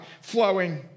flowing